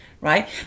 right